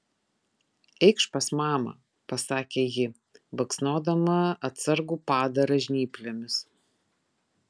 eikš pas mamą pasakė ji baksnodama atsargų padarą žnyplėmis